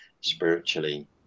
spiritually